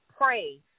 Pray